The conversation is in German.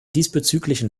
diesbezüglichen